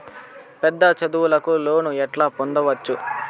పెద్ద చదువులకు లోను ఎట్లా పొందొచ్చు